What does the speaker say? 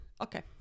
okay